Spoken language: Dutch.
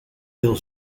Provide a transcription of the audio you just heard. wil